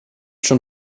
schon